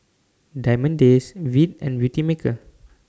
Diamond Days Veet and Beautymaker